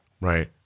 Right